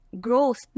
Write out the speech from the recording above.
growth